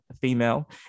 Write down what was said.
female